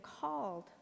called